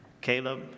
Caleb